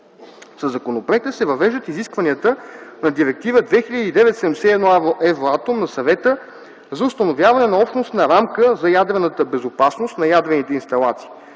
Със законопроекта се въвеждат изискванията на Директива 2009/71/ Евратом на Съвета за установяване на общностна рамка за ядрената безопасност на ядрените инсталации.